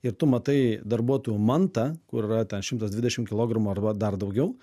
ir tu matai darbuotojų mantą kur yra ten šimtas dvidešimt kilogramų arba dar daugiau